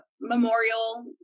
Memorial